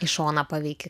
į šoną paveiki